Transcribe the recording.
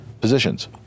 positions